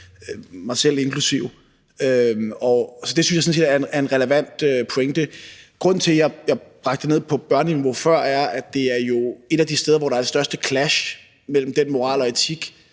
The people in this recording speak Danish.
mig selv inklusive. Så det synes jeg sådan set er en relevant pointe. Grunden til, at jeg bragte det ned på børneniveau før, er, at det jo er et af de steder, hvor der er det største clash mellem den moral og etik,